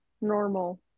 normal